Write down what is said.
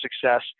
success